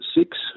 six